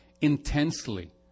Intensely